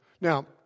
Now